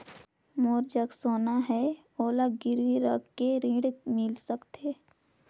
मोर जग सोना है ओला गिरवी रख के ऋण मिल सकथे?